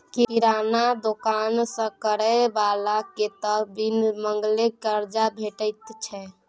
किराना दोकान करय बलाकेँ त बिन मांगले करजा भेटैत छै